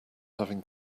having